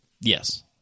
Yes